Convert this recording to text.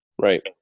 Right